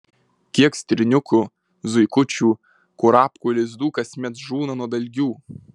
kiek stirniukų zuikučių kurapkų lizdų kasmet žūna nuo dalgių